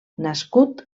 nascut